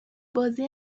بازی